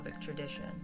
tradition